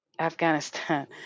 Afghanistan